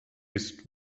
ist